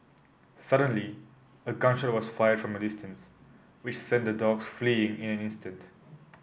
suddenly a gun shot was fired from a distance which sent the dogs fleeing in an instant